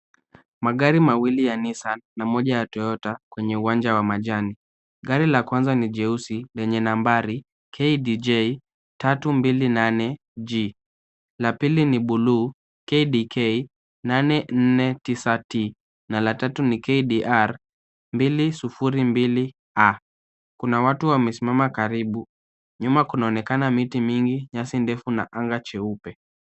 Magari mawili ya Nissan na moja ya Toyota kwenye uwanja wa majani. Gari la kwanza ni jeusi lenye nambari, KDJ 328G, la pili ni bluu KDK 849T na la tatu KDR 202A. Kuna watu wamesimama karibu. Nyuma kunaonekana miti mingi, nyasi ndefu na anga cheupe.